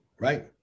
Right